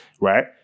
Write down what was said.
right